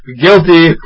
Guilty